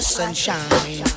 sunshine